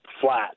flat